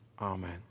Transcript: Amen